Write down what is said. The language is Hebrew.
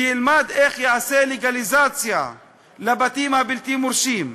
וילמד איך תיעשה לגליזציה לבתים הבלתי-מורשים.